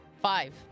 Five